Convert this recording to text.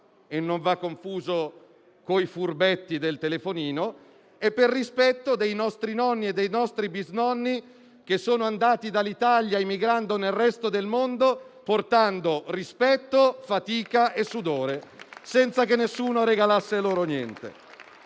e non va confuso con i furbetti del telefonino e per rispetto dei nostri nonni e bisnonni, che se ne sono andati dall'Italia emigrando nel resto del mondo, portando rispetto, fatica e sudore, senza che nessuno regalasse loro niente.